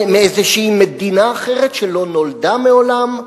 מאיזו מדינה אחרת, שלא נולדה מעולם?